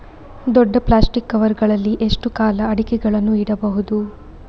ದೊಡ್ಡ plastic cover ಗಳಲ್ಲಿ ಎಷ್ಟು ಕಾಲ ಅಡಿಕೆಗಳನ್ನು ಇಡಬಹುದು?